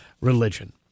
religion